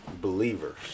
believers